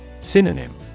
Synonym